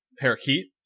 parakeet